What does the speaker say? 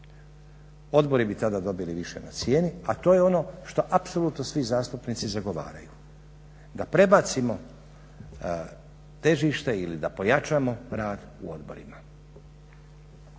Odbori bi tada dobili više na cijeni, a to je ono što apsolutno svi zastupnici zagovaraju, da prebacimo težište ili da pojačamo rad u odborima.